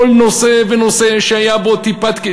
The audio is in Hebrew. כל נושא ונושא שהיה בו טיפת,